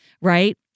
right